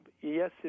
yes